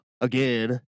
again